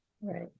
right